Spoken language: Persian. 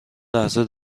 لحظه